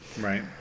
right